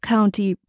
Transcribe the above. County